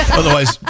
otherwise